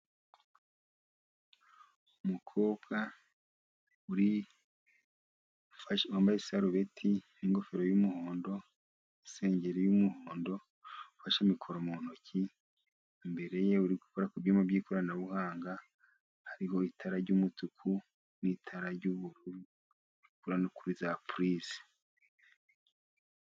umukobwa wambaye isarubeti n'ingofero y'umuhondo, n'isengeri y'umuhondo ufashe mikoro mu ntoki, imbere ye ari gukora ku byuma by'ikoranabuhanga hariho itara ry'umutuku n'itarara ry'ubururu ritukura no kuri za puririzi.